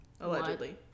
Allegedly